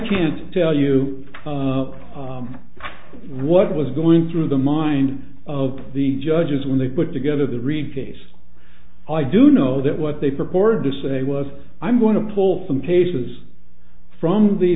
can't tell you what was going through the mind of the judges when they put together the reid case i do know that what they purported to say was i'm going to pull some cases from the